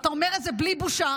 אתה אומר את זה בלי בושה,